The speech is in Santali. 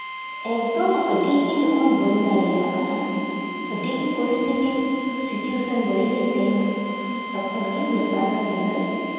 ᱮᱠᱫᱚᱢ ᱟᱹᱰᱤᱜᱮ ᱡᱚᱠᱷᱚᱱ ᱵᱟᱹᱧ ᱫᱟᱲᱮᱭᱟᱜ ᱠᱟᱱᱟ ᱟᱹᱰᱤ ᱜᱮ ᱯᱚᱨᱤᱥᱛᱤᱛᱤ ᱥᱤᱪᱩᱭᱮᱥᱚᱱ ᱵᱟᱹᱲᱤᱡ ᱨᱤᱧ ᱛᱟᱦᱮᱱᱟ ᱛᱚᱠᱷᱚᱱ ᱜᱮ ᱢᱤᱫ ᱵᱟᱨ ᱠᱟᱹᱢᱤ ᱫᱩᱧ